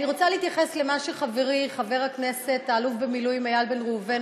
אני רוצה להתייחס למה שאמר חברי חבר הכנסת האלוף במילואים איל בן ראובן,